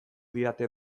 didate